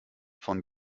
von